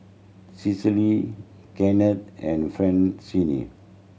Cecile Kennth and Francine